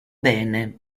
bene